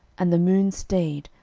and the moon stayed,